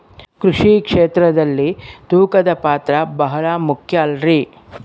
ಕೃಷಿ ಕ್ಷೇತ್ರದಲ್ಲಿ ತೂಕದ ಪಾತ್ರ ಬಹಳ ಮುಖ್ಯ ಅಲ್ರಿ?